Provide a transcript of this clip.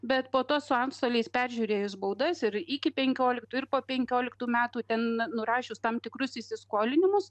bet po to su antstoliais peržiūrėjus baudas ir iki penkioliktų ir po penkioliktų metų nurašius tam tikrus įsiskolinimus